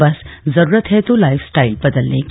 बस जरूरत है तो लाइफस्टाइल बदलने की